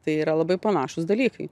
tai yra labai panašūs dalykai